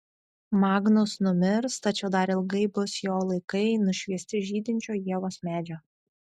magnus numirs tačiau dar ilgai bus jo laikai nušviesti žydinčio ievos medžio